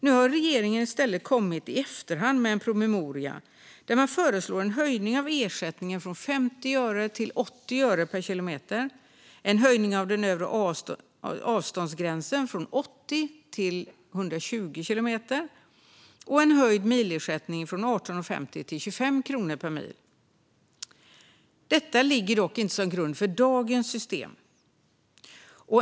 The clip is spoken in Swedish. Nu har regeringen i stället i efterhand kommit med en promemoria där man föreslår en höjning av ersättningen från 50 öre till 80 öre per kilometer, en höjning av den övre avståndsgränsen från 80 till 120 kilometer och en höjd milersättning från 18,50 till 25 kronor per mil. Detta ligger dock inte till grund för dagens system.